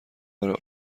برای